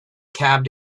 cab